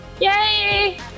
Yay